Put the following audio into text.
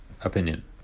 opinion